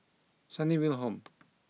Sunnyville Home